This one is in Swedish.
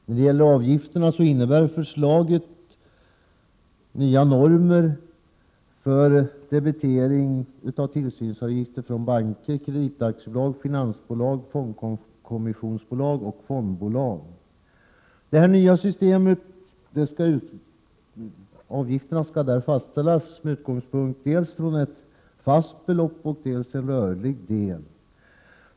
Då det gäller avgifterna innebär förslaget nya normer för debitering av tillsynsavgifter från banker, kreditaktiebolag, finansbolag, fondkommissionsbolag och fondbolag. I det nya systemet skall avgifterna bestå av dels ett fast belopp, dels en rörlig del.